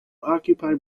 occupy